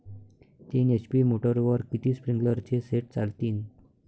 तीन एच.पी मोटरवर किती स्प्रिंकलरचे सेट चालतीन?